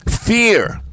Fear